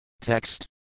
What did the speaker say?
Text